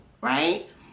right